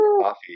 coffee